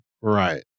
Right